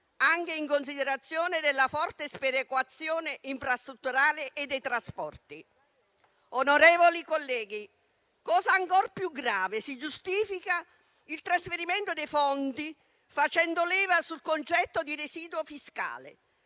anche in considerazione della forte sperequazione infrastrutturale e dei trasporti. Onorevoli colleghi, cosa ancor più grave, si giustifica il trasferimento dei fondi facendo leva sul concetto di residuo fiscale,